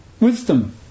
Wisdom